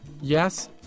Yes